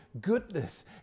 goodness